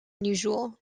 unusual